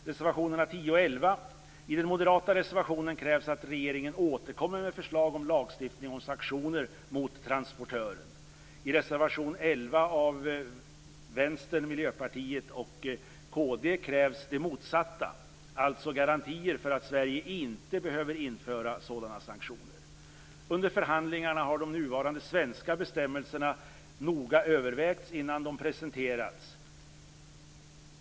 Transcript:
reservation 11 av Vänsterpartiet, Miljöpartiet och kd krävs det motsatta, alltså garantier för att Sverige inte behöver införa sådana sanktioner. Under förhandlingarna har de nuvarande svenska bestämmelserna noga övervägts innan de presenterats.